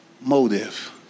motive